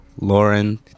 lauren